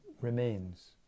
remains